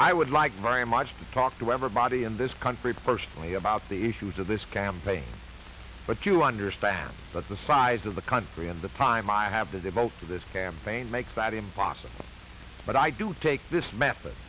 i would like very much to talk to everybody in this country first about the issues of this campaign but you understand that the size of the country and the time i have to devote to this campaign makes that impossible but i do take this method